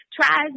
tries